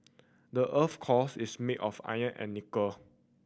the earth's cores is made of iron and nickel